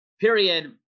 period